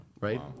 right